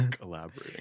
collaborating